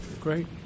Great